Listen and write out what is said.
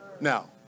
Now